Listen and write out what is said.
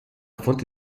fonte